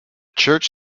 church